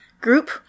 group